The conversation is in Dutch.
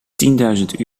tienduizend